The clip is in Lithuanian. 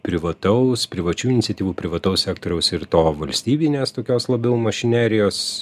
privataus privačių iniciatyvų privataus sektoriaus ir to valstybinės tokios labiau mašinerijos